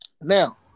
Now